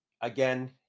Again